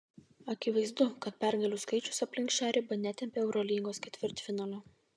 akivaizdu kad pergalių skaičius aplink šią ribą netempia eurolygos ketvirtfinalio